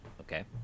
okay